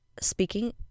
Speaking